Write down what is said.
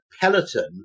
Peloton